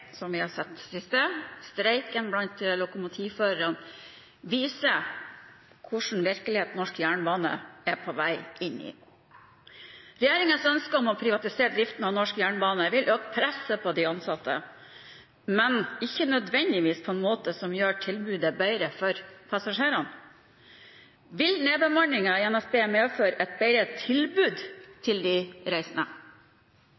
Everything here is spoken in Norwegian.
som vi har sett i det siste, og streiken blant lokomotivførerne viser hvilken virkelighet norsk jernbane er på vei inn i. Regjeringens ønske om å privatisere driften av norsk jernbane vil øke presset på de ansatte, men ikke nødvendigvis på en måte som gjør tilbudet bedre for passasjerene. Vil nedbemanningen i NSB medføre et bedre tilbud